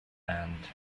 and